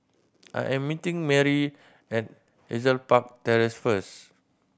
I am meeting Merri at Hazel Park Terrace first